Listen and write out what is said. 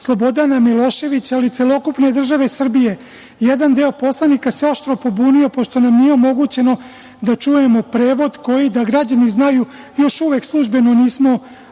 Slobodana Miloševića, ali i celokupne države Srbije. Jedan deo poslanika se oštro pobunio pošto nam nije omogućeno da čujemo prevod koji, da građani znaju, još uvek službeno nismo